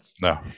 No